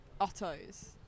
Otto's